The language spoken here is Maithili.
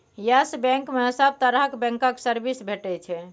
यस बैंक मे सब तरहक बैंकक सर्विस भेटै छै